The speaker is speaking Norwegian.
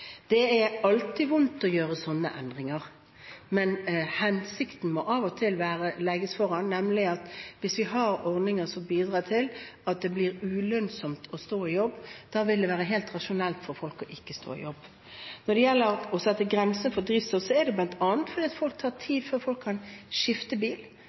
gjøre sånne endringer. Men hensikten må av og til legges foran. Hvis vi har ordninger som bidrar til at det blir ulønnsomt å stå i jobb, vil det være helt rasjonelt for folk ikke å stå i jobb. Når det gjelder å sette grenser for drivstoffavgift, er det bl.a. fordi det tar tid før folk kan skifte bil,